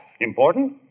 Important